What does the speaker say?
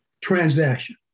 transaction